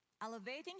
Elevating